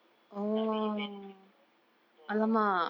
tak ada events gitu so